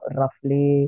roughly